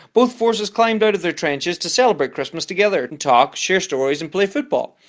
both forces climbed out of their trenches to celebrate christmas together, and talk, share stories and play football.